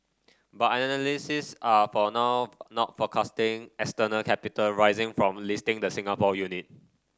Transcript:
but analysts are for now not forecasting external capital raising from listing the Singapore unit